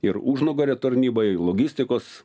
ir užnugario tarnybai logistikos